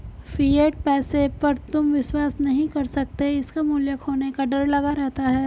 fiat पैसे पर तुम विश्वास नहीं कर सकते इसका मूल्य खोने का डर लगा रहता है